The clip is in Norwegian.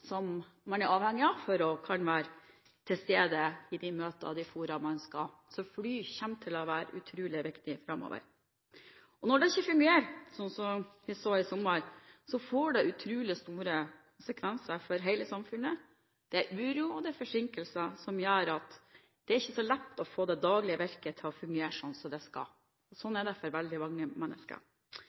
man er avhengig av å kunne være til stede i møter og ulike fora. Så flyet kommer til å være utrolig viktig framover. Når det ikke fungerer – slik vi så i sommer – får det utrolig store konsekvenser for hele samfunnet. Det blir uro og forsinkelser som gjør at det ikke blir lett å få det daglige virket til å fungere som det skal. Sånn er det for veldig mange mennesker.